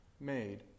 made